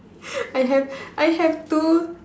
I have I have two